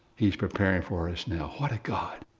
he's preparing for us now. what a god.